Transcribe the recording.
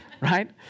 Right